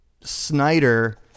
Snyder